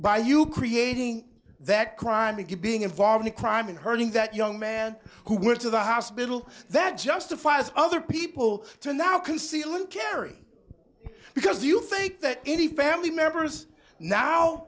by you creating that crime again being involved in crime and hurting that young man who went to the hospital that justifies other people to now conceal and carry because you think that any family members now